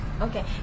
Okay